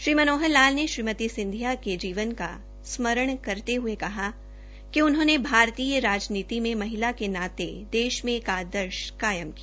श्री मनोहर लाल ने श्रीमती सिंधिया के जीवन का स्मरण करते हये कहा कि उन्होंने भारतीय राजनीति में महिला के नाते देश में एक आदर्श कायम किया